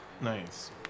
Nice